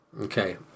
Okay